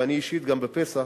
ואני אישית בפסח